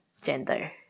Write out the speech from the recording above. gender